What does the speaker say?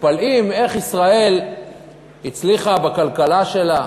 מתפלאים איך ישראל הצליחה בכלכלה שלה,